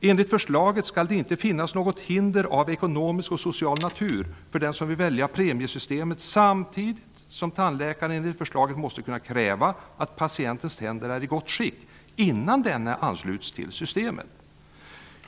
Enligt förslaget skall det inte finnas något hinder av ekonomisk eller social natur för den som vill välja premiesystemet, samtidigt som tandläkaren enligt förslaget måste kunna kräva att patientens tänder är i gott skick innan denne ansluts till systemet.